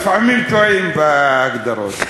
לפעמים טועים בהגדרות.